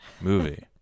movie